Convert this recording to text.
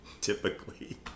typically